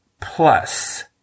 Plus